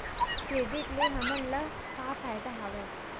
Credit ले हमन ला का फ़ायदा हवय?